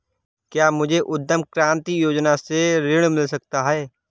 क्या मुझे उद्यम क्रांति योजना से ऋण मिल सकता है?